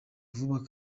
vuba